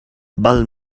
val